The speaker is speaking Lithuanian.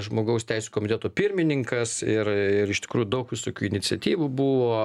žmogaus teisių komiteto pirmininkas ir ir iš tikrųjų daug visokių iniciatyvų buvo